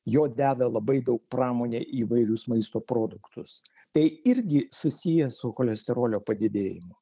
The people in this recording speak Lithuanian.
jo deda labai daug pramonė į įvairius maisto produktus tai irgi susiję su cholesterolio padidėjimu